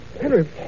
Henry